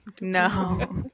no